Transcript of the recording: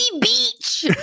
Beach